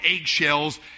eggshells